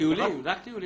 רק טיולים.